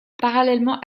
parallèlement